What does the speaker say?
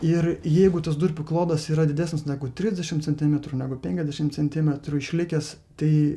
ir jeigu tas durpių klodas yra didesnis negu trisdešim centimetrų negu penkiasdešim centimetrų išlikęs tai